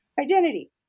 identity